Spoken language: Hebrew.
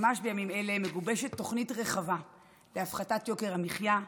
ממש בימים אלה מגובשת תוכנית רחבה להפחתת יוקר המחיה,